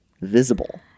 visible